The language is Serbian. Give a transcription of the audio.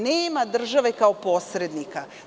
Nema države kao posrednika.